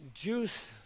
juice